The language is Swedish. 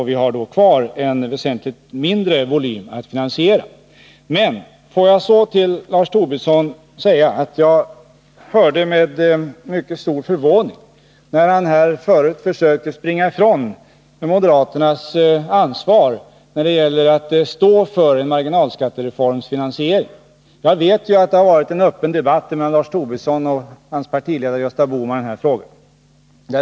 Vi har då kvar en väsenligt mindre volym att finansiera med arbetsgivaravgifter. Får jag så till Lars Tobisson säga att jag hörde med mycket stor förvåning när han här förut försökte springa ifrån moderaternas ansvar när det gäller att stå för finansieringen av en marginalskattereform. Jag vet att det har varit en öppen debatt mellan Lars Tobisson och hans partiledare Gösta Bohman i den här frågan.